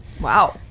Wow